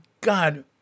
God